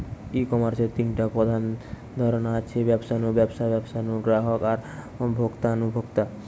ই কমার্সের তিনটা প্রধান ধরন আছে, ব্যবসা নু ব্যবসা, ব্যবসা নু গ্রাহক আর ভোক্তা নু ভোক্তা